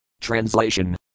Translation